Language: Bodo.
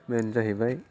मेन जाहैबाय